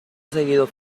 seguido